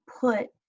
put